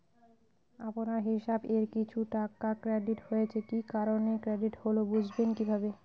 আপনার হিসাব এ কিছু টাকা ক্রেডিট হয়েছে কি কারণে ক্রেডিট হল বুঝবেন কিভাবে?